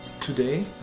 Today